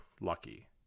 lucky